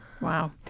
Wow